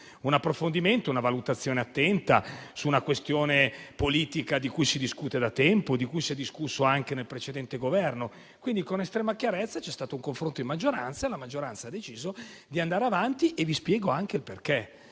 un approfondimento e una valutazione attenta, su una questione politica di cui si discute da tempo e di cui si è discusso anche nel precedente Governo. Quindi, con estrema chiarezza, c'è stato un confronto in maggioranza e quest'ultima ha deciso di andare avanti e vi spiego anche perché.